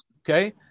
okay